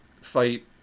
fight